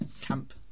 camp